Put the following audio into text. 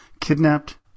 kidnapped